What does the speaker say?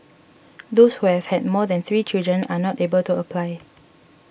those who have had more than three children are not able to apply